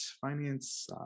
finance